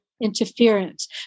interference